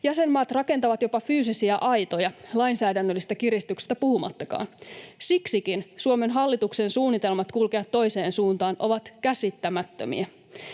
Jäsenmaat rakentavat jopa fyysisiä aitoja, lainsäädännöllisestä kiristyksestä puhumattakaan. Siksikin Suomen hallituksen suunnitelmat kulkea toiseen suuntaan ovat käsittämättömiä.